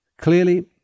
Clearly